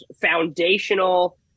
foundational